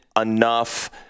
enough